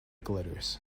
glitters